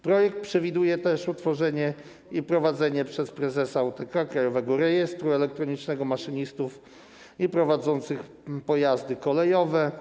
Projekt przewiduje też utworzenie i prowadzenie przez prezesa UTK krajowego rejestru elektronicznego maszynistów i prowadzących pojazdy kolejowe.